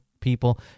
people